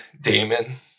Damon